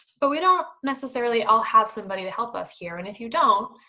but we don't necessarily all have somebody to help us here, and if you don't,